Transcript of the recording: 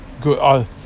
good